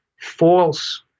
false